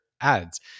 ads